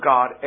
God